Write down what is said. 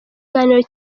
kiganiro